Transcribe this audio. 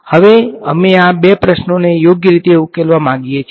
હવે અમે આ બે પ્રશ્નોને યોગ્ય રીતે ઉકેલવા માંગીએ છીએ